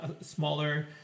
smaller